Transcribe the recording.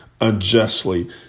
unjustly